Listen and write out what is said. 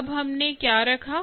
अब हमने क्या रखा